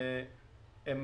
והם